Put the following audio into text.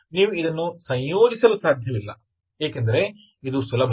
ನೀವು ಇದನ್ನು ಸಂಯೋಜಿಸಲು ಸಾಧ್ಯವಿಲ್ಲ ಏಕೆಂದರೆ ಇದು ಸುಲಭವಲ್ಲ